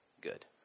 good